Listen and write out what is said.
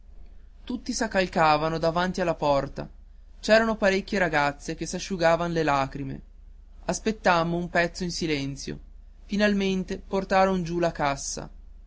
azzurra tutti s'accalcavano davanti alla porta c'eran parecchie ragazze che s'asciugavan le lacrime aspettammo un pezzo in silenzio finalmente portaron giù la cassa